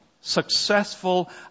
Successful